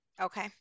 okay